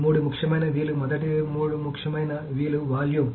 మూడు ముఖ్యమైన v లు మొదటి మూడు ముఖ్యమైన v లు వాల్యూమ్